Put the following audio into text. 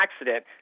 accident